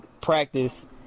practice